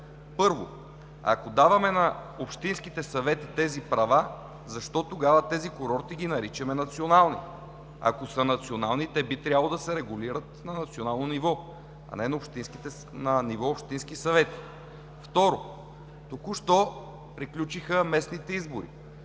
Първо, ако даваме на общинските съвети тези права, защо тогава тези курорти ги наричаме национални? Ако са национални, те би трябвало да се регулират на национално ниво, а не на ниво общински съвети. Второ, току-що приключиха местните избори.